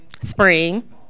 spring